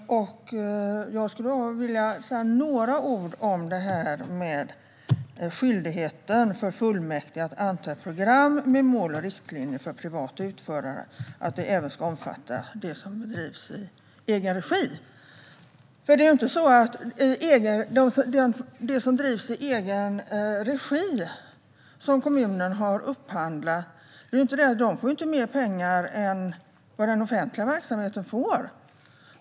Jag skulle vilja säga några ord om skyldigheten för fullmäktige att anta ett program med mål och riktlinjer för privata utförare - den ska även omfatta det som bedrivs i egen regi. Det som drivs i egen regi, som kommunen har upphandlat, får inte mer pengar än den offentliga verksamheten får.